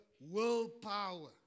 willpower